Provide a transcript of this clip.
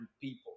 people